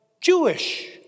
Jewish